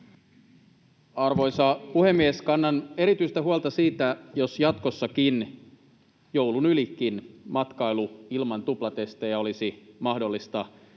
Arvoisa puhemies! Kannan erityistä huolta siitä, jos jatkossakin, joulun ylikin, matkailu ilman tuplatestejä olisi mahdollista